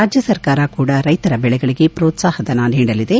ರಾಜ್ಯ ಸರ್ಕಾರ ಕೂಡ ರೈತರ ಬೆಳೆಗಳಿಗೆ ಪ್ರೋತ್ಸಾಪ ಧನ ನೀಡಲಿದೆ